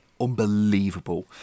unbelievable